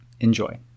Enjoy